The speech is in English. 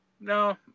no